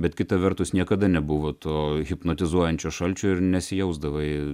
bet kita vertus niekada nebuvo to hipnotizuojančio šalčio ir nesijausdavai